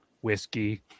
whiskey